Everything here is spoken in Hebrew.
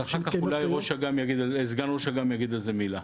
אחר כך אולי סגן ראש אג"מ יגיד על זה מילה.